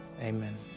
Amen